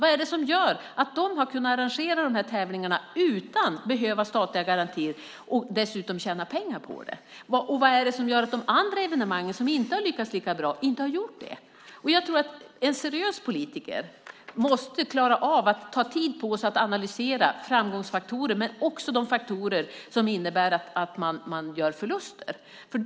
Vad är det som gör att de har kunnat arrangera de här tävlingarna utan att behöva statliga garantier och dessutom tjänat pengar på det? Vad är det som gör att de andra evenemangen, där man inte har lyckats lika bra, inte har gjort det? En seriös politiker måste klara av att ta tid på sig att analysera framgångsfaktorerna men också de faktorer som gör att man gör förluster.